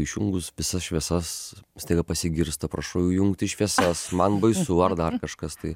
išjungus visas šviesas staiga pasigirsta prašau įjungti šviesas man baisu ar dar kažkas tai